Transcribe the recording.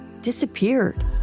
disappeared